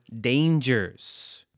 dangers